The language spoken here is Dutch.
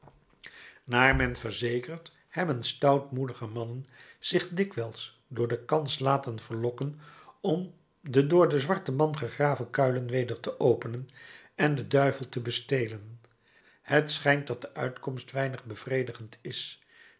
naar men verzekert hebben stoutmoedige mannen zich dikwijls door de kans laten verlokken om de door den zwarten man gegraven kuilen weder te openen en den duivel te bestelen het schijnt dat de uitkomst weinig bevredigend is